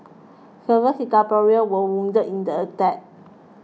several were wounded in the attack